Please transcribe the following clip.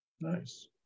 nice